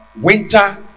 winter